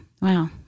Wow